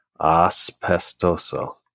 Aspestoso